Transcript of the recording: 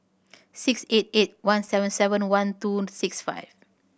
six eight eight one seven seven one two six five